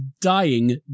dying